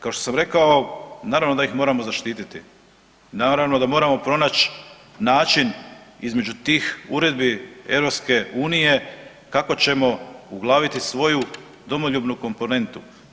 Kao što sam rekao naravno da ih moramo zaštiti, naravno da moramo pronaći način između tih uredbi EU kako ćemo uglaviti svoju domoljubnu komponentu.